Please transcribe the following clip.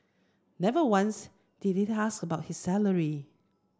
never once did he ask about his salary